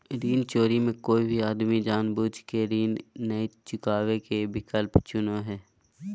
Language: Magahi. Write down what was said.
ऋण चोरी मे कोय भी आदमी जानबूझ केऋण नय चुकावे के विकल्प चुनो हय